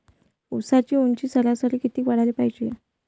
ऊसाची ऊंची सरासरी किती वाढाले पायजे?